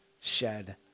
shed